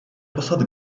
poslat